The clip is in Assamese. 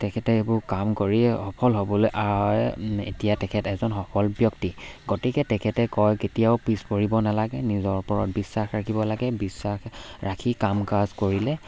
তেখেতে এইবোৰ কাম কৰিয়ে সফল হ'বলৈ এতিয়া তেখেত এজন সফল ব্যক্তি গতিকে তেখেতে কয় কেতিয়াও পিছ পৰিব নালাগে নিজৰ ওপৰত বিশ্বাস ৰাখিব লাগে বিশ্বাস ৰাখি কাম কাজ কৰিলে